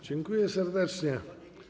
Dziękuję serdecznie.